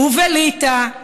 ובליטא,